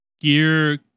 gear